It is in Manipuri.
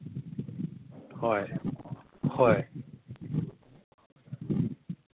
ꯍꯣꯏ ꯍꯣꯏ